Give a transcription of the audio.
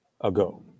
ago